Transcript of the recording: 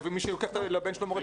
מי שלוקח לבן שלו מורה פרטי.